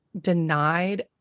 denied